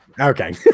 Okay